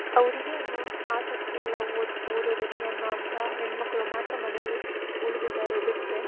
ಅವರಿಗೆ ಇನ್ನೂ ಆಸಕ್ತಿ ಇಲ್ಲ ಓದು ಓದೋದಕ್ಕೆ ಅನ್ನೋ ಅಂಥಾ ಹೆಣ್ಣುಮಕ್ಳು ಮಾತ್ರ ಮನೇಲಿ ಉಳಿದಿದಾರೆ ಬಿಟ್ಟರೆ